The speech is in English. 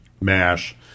Mash